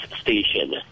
station